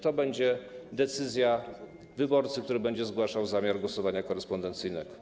To będzie decyzja wyborcy, który będzie zgłaszał zamiar głosowania korespondencyjnego.